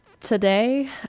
today